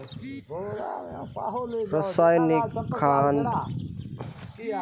रसायनिक खाद के क्या क्या लाभ मिलते हैं?